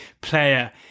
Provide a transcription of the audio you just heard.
player